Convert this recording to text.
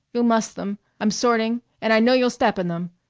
you'll muss them. i'm sorting, and i know you'll step in them.